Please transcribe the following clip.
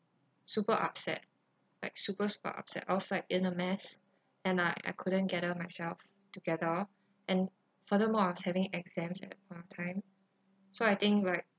super upset like super super upset I was like in a mess and I I couldn't gather myself together and furthermore I was having exams at that point of time so I think like